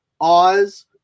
Oz –